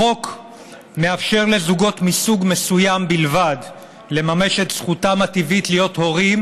החוק מאפשר לזוגות מסוג מסוים בלבד לממש את זכותם הטבעית להיות הורים,